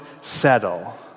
settle